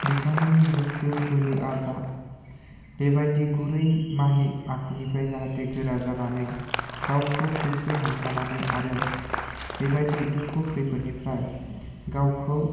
बिथांमोननि गोसो बोलोआ जा बेबायदि गुरै माहि आखुनिफ्राय जाहाथे गोरा जानानै गावखौ गोसो हमथानानै आरो बेबायदि दुखु खैफोदनिफ्राय गावखौ